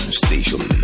station